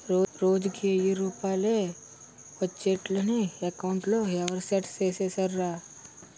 రోజుకి ఎయ్యి రూపాయలే ఒచ్చేట్లు నీ అకౌంట్లో ఎవరూ సెట్ సేసిసేరురా